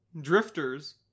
Drifters